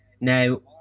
Now